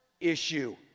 issue